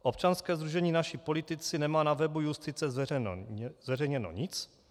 Občanské sdružení Naši politici nemá na webu Justice zveřejněno nic.